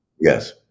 yes